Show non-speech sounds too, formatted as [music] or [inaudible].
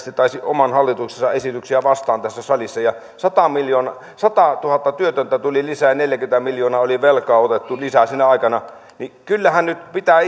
taisi äänestää oman hallituksensa esityksiä vastaan tässä salissa ja satatuhatta työtöntä tuli lisää ja neljäkymmentä miljoonaa oli velkaa otettu lisää sinä aikana niin kyllähän nyt pitää [unintelligible]